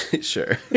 sure